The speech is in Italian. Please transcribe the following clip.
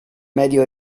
medio